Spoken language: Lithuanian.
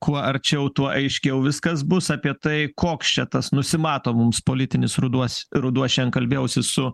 kuo arčiau tuo aiškiau viskas bus apie tai koks čia tas nusimato mums politinis ruduo ruduo šiandien kalbėjausi su